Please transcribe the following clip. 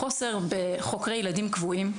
המחסור בחוקרי ילדים קבועים,